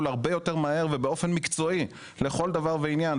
הרבה יותר מהר ובאופן מקצועי לכל דבר ועניין.